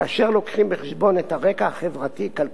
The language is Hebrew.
כאשר מביאים בחשבון את הרקע החברתי-כלכלי,